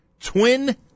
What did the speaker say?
Twin